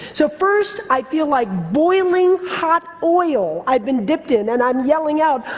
so first i feel like boiling hot oil, i've been dipped in, and i'm yelling out,